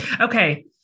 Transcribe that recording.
Okay